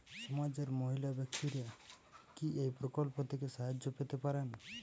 সমাজের মহিলা ব্যাক্তিরা কি এই প্রকল্প থেকে সাহায্য পেতে পারেন?